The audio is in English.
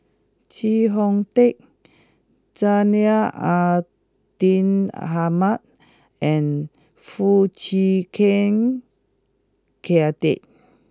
Chee Hong Tat Zainal Abidin Ahmad and Foo Chee Keng Cedric